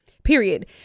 Period